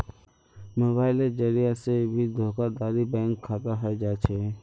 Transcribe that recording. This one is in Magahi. मोबाइलेर जरिये से भी धोखाधडी बैंक खातात हय जा छे